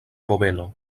bobeno